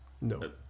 no